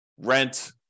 rent